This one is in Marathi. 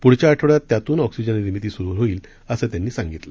पुढच्या आठवडय़ात त्यातून ऑक्सिजन निर्मीत्ती सुरू होईल असं त्यांनी सांगितलं